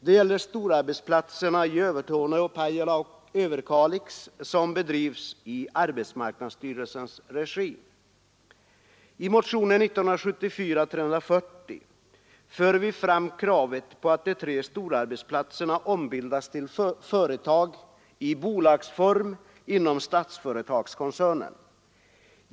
Det gäller storarbetsplatserna i Övertorneå, Pajala och Överkalix som drivs i arbetsmarknadsstyrelsens regi. I motionen 340 för vi fram kravet på att de tre storarbetsplatserna ombildas till företag i bolagsform inom Statsföretagskoncernen.